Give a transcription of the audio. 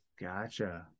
Gotcha